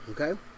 Okay